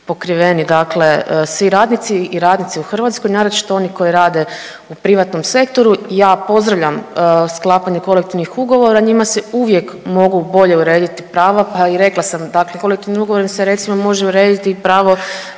pokriveni, dakle svi radnici i radnici u Hrvatskoj, naročito oni koji rade u privatnom sektoru i ja pozdravljam sklapanja kolektivnih ugovora, njima se uvijek mogu bolje urediti prava, pa i rekla sam, dakle kolektivnim ugovorom se, recimo, može urediti i pravo